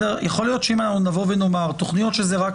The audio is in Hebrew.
יכול להיות שאם נאמר: תוכניות שזה רק